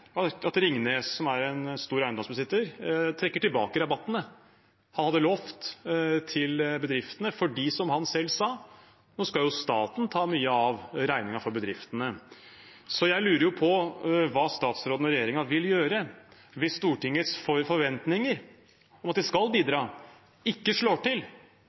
at Ringnes, som er en stor eiendomsbesitter, trekker tilbake rabattene som han hadde lovt til bedriftene, fordi, som han selv sa, nå skal jo staten ta mye av regningen for bedriftene. Jeg lurer på hva statsråden og regjeringen vil gjøre hvis Stortingets forventninger om at de skal bidra, ikke slår til.